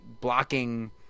blocking